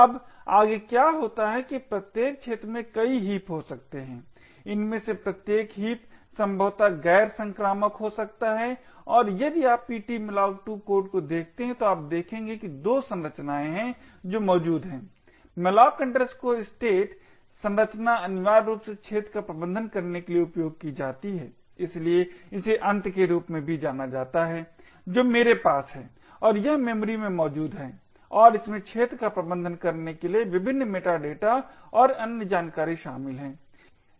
अब आगे क्या होता है कि प्रत्येक क्षेत्र में कई हीप हो सकते हैं इनमें से प्रत्येक हीप संभवतः गैर संक्रामक हो सकता है और यदि आप ptmalloc2 कोड को देखते हैं तो आप देखेंगे कि 2 संरचनाएं हैं जो मौजूद हैं malloc state संरचना अनिवार्य रूप से क्षेत्र का प्रबंधन करने के लिए उपयोग की जाती है इसलिए इसे अंत के रूप में भी जाना जाता है जो मेरे पास है और यह मेमोरी में मौजूद है और इसमें क्षेत्र का प्रबंधन करने के लिए विभिन्न मेटा डेटा और अन्य जानकारी शामिल है